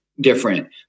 different